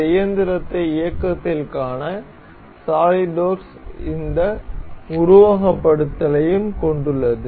இந்த இயந்திரத்தை இயக்கத்தில் காண சாலிட்வொர்க்ஸ் இந்த உருவகப்படுத்துதலையும் கொண்டுள்ளது